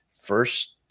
First